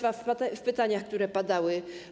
W pytaniach, które padały.